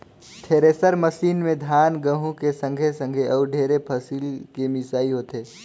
thresher machine में धान, गहूँ के संघे संघे अउ ढेरे फसिल के मिसई होथे